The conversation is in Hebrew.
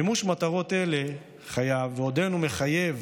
מימוש מטרות אלה חייב, ועודנו מחייב,